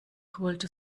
holte